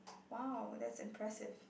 !wow! that's impressive